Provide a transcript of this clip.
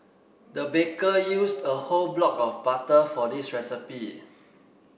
the baker used a whole block of butter for this recipe